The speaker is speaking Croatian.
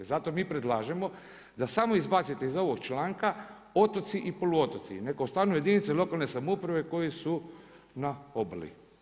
Zato mi predlažemo da samo izbacite iz ovog članka otoci i poluotoci i neka ostanu jedinice lokalne samouprave koji su na obali.